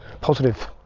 positive